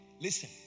Listen